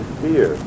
fear